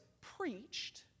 preached